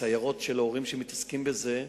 סיירות של הורים שמתעסקים בזה,